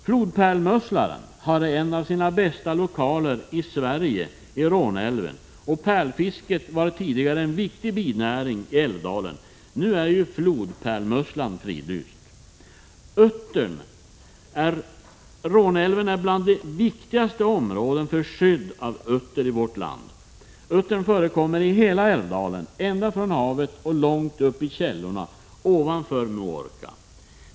Flodpärlmusslan har en av sina bästa lokaler i Sverige i Råneälven, och pärlfisket var tidigare en viktig binäring i älvdalen. Nu är flodpärlmusslan fridlyst. Råneälven är bland de viktigaste områdena för skydd för uttern i vårt land. Uttern förekommer i hela älvdalen, ända från havet och långt upp i källorna ovanför Muorka.